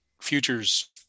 futures